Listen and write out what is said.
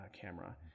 camera